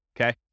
Okay